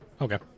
Okay